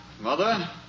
Mother